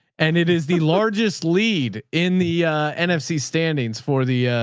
and it is the largest lead in the nfc standings for the,